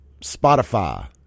Spotify